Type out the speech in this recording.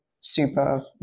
super